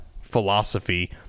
philosophy